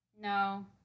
No